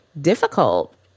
difficult